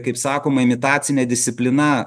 kaip sakoma imitacinė disciplina